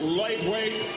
lightweight